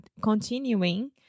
continuing